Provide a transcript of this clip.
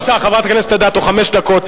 בבקשה, חברת הכנסת אדטו, עד חמש דקות,